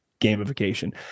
gamification